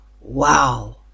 Wow